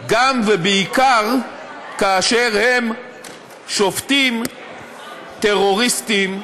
גם ובעיקר כאשר הם שופטים טרוריסטים,